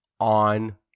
on